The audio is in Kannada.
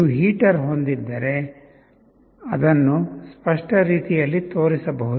ನೀವು ಹೀಟರ್ ಹೊಂದಿದ್ದರೆ ಅದನ್ನು ಸ್ಪಷ್ಟ ರೀತಿಯಲ್ಲಿ ತೋರಿಸಬಹುದು